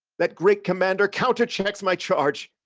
that great commander counterchecks my charge,